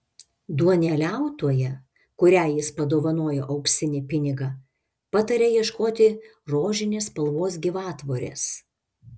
duoneliautoja kuriai jis padovanoja auksinį pinigą pataria ieškoti rožinės spalvos gyvatvorės